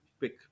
pick